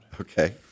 Okay